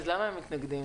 אז למה הם מתנגדים?